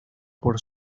por